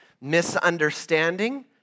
misunderstanding